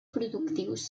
productius